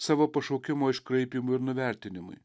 savo pašaukimo iškraipymui ir nuvertinimui